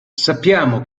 sappiamo